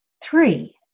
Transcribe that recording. Three